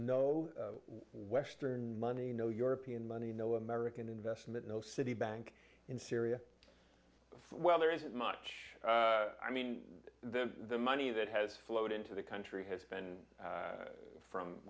no western money no european money no american investment no citibank in syria well there isn't much i mean the the money that has flowed into the country has been from